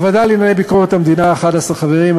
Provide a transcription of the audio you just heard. הוועדה לענייני ביקורת המדינה, 11 חברים.